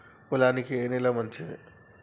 పొలానికి ఏ నేల మంచిది?